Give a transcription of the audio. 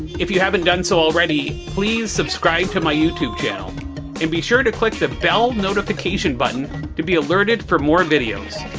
if you haven't done so already please subscribe to my youtube channel and be sure to click the bell notification button to be alerted for more videos.